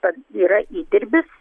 pats yra įdirbis